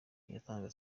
yatangaga